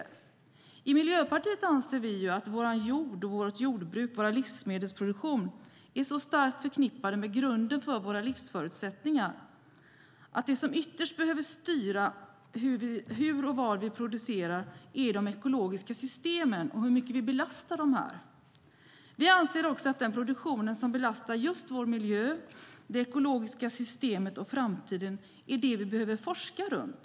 Vi i Miljöpartiet anser att vår jord, vårt jordbruk och vår livsmedelsproduktion är så starkt förknippade med grunden för våra livsförutsättningar att det som ytterst behöver styra hur och vad vi producerar är de ekologiska systemen och hur mycket vi belastar dem. Vi anser också att den produktion som belastar just vår miljö, det ekologiska systemet och framtiden är det som vi behöver forska runt.